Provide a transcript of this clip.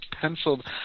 penciled